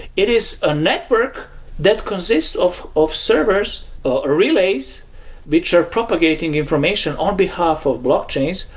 it is a network that consists of of servers or relays which are propagating information on behalf of blockchains,